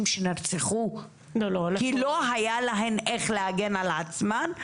שנרצחו כי לא היה להן איך להגן על עצמן?